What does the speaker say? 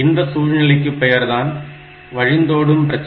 இந்த சூழ்நிலைக்கு பெயர்தான் வழிந்தோடும் பிரச்சனை